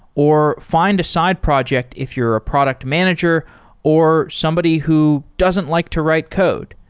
or find a side project if you're a product manager or somebody who doesn't like to write code.